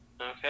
Okay